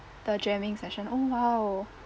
the jamming session oh !wow!